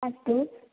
अस्तु